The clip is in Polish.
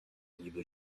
niby